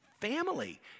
family